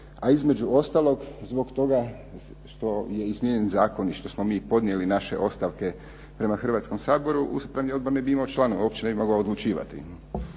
a između ostalog zbog toga što je izmijenjen zakon i što smo mi podnijeli naše ostavke prema Hrvatskom saboru upravni odbor ne bi imao članova, uopće ne bi mogao odlučivati.